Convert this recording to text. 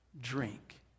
drink